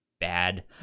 bad